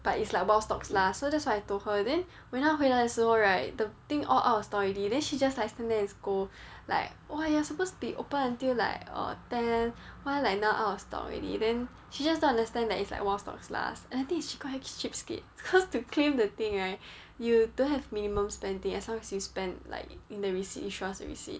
but it's like while stocks last so that's what I told her then when 她回来的时候 right the thing all out of stock already then she just like stand there and scold like !wah! you are supposed to be opened until like uh ten why like now out of stock already then she just don't understand that it's like while stocks last and I think she's quite cheapskate cause to claim the thing right you don't have minimum spending as long as you spend like in the receipt you show us the receipt